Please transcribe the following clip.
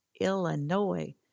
Illinois